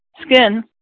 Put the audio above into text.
skin